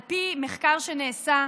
על פי מחקר שנעשה,